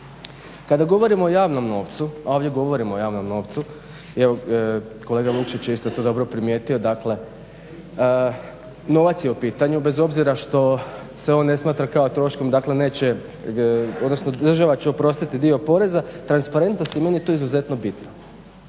Kada govorimo o javnom novcu, a ovdje govorimo o javnom novcu, evo kolega Vukšić je isto to dobro primijetio, dakle novac je u pitanju bez obzira što se on ne smatra kao troškom, dakle neće, odnosno država će oprostiti dio poreza transparentnost je meni tu izuzetno bitna.